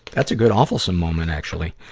that's a good awfulsome moment, actually.